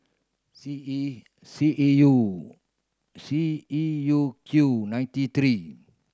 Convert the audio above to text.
C E C E U C E U Q ninety three